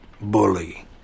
bully